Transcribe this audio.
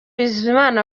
bizimana